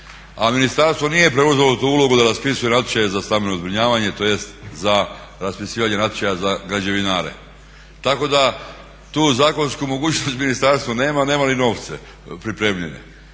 a ministarstvo nije preuzelo tu ulogu da raspisuje natječaje za stambeno zbrinjavanje, tj. za raspisivanje natječaja za građevinare. Tako da tu zakonsku mogućnost ministarstvo nema, nema ni novce pripremljene.